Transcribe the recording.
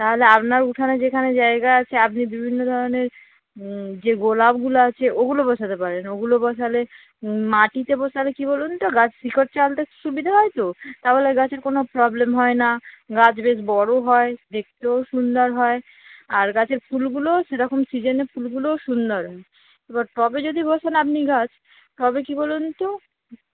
তাহলে আপনার উঠানে যেখানে জায়গা আছে আপনি বিভিন্ন ধরনের যে গোলাপগুলো আছে ওগুলো বসাতে পারেন ওগুলো বসালে মাটিতে বসালে কী বলুন তো গাছ শিকড় চালতে সুবিধে হয় তো তাহলে গাছের কোনো প্রবলেম হয় না গাছ বেশ বড়ো হয় দেখতেও সুন্দর হয় আর গাছের ফুলগুলোও সেরকম সিজেনে ফুলগুলোও সুন্দর এবার টবে যদি বসান আপনি গাছ টবে কী বলুন তো